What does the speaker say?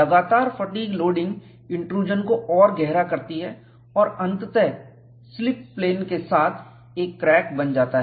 लगातार fatigue loading intrusion को और गहरा करती है और अंतत है स्लिप प्लेन के साथ एक क्रैक बन जाता है